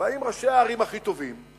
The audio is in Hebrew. ובאים ראשי הערים הכי טובים,